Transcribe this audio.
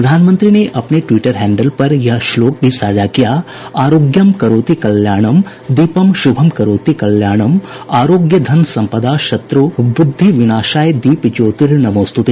प्रधानमंत्री ने अपने ट्वीटर हैण्डल पर यह श्लोक भी साझा किया आरोग्यमं करोति कल्याणम दीपमं शुभम करोति कल्याणमं आरोग्य धन सम्पदा शत्रु ब्रद्धि विनाशाय दीप ज्योतिर नमोस्तुते